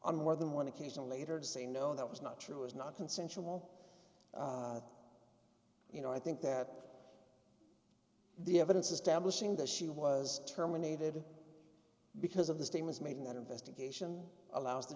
on more than one occasion later to say no that was not true was not consensual you know i think that the evidence establishing that she was terminated because of the statements made in that investigation allows the